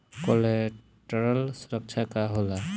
Collateral सुरक्षा का होला?